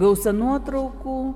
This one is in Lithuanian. gausa nuotraukų